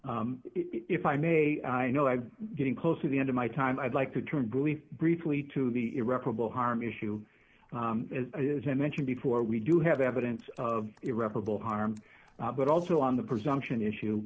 media if i may i know i'm getting close to the end of my time i'd like to turn glee briefly to the irreparable harm issue as i mentioned before we do have evidence of irreparable harm but also on the presumption issue